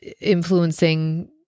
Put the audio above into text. influencing